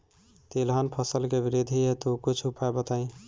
तिलहन फसल के वृद्धि हेतु कुछ उपाय बताई?